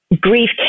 grief